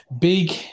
big